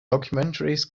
documentaries